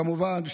כמובן,